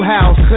House